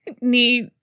need